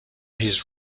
his